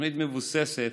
התוכנית מבוססת